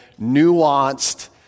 nuanced